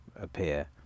appear